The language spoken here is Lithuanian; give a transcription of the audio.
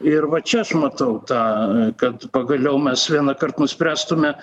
ir va čia aš matau tą kad pagaliau mes vienąkart nuspręstume